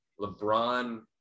LeBron